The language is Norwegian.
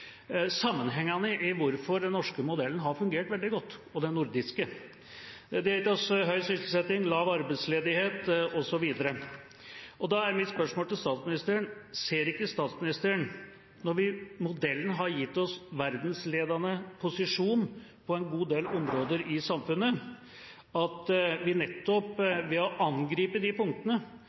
hvorfor den norske modellen og den nordiske modellen har fungert veldig godt. Det er høy sysselsetting, lav arbeidsledighet osv. Da er mitt spørsmål til statsministeren: Ser ikke statsministeren, når modellen har gitt oss verdensledende posisjon på en god del områder i samfunnet, at vi nettopp ved å angripe de punktene